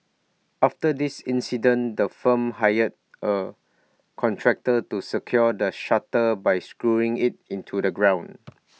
after this incident the firm hired A contractor to secure the shutter by screwing IT into the ground